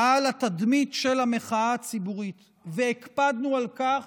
על התדמית של המחאה הציבורית והקפדנו על כך